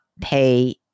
pay